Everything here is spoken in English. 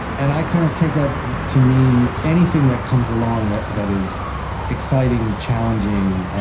and i kind of take that to mean anything that comes along that that is exciting, challenging